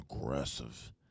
aggressive